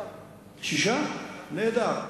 נהדר.